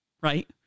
right